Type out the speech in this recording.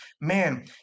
man